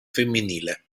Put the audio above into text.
femminile